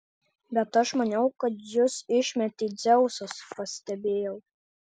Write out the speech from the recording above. bet aš maniau kad jus išmetė dzeusas pastebėjau